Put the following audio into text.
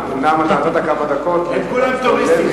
כולם טוריסטים,